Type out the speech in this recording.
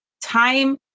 Time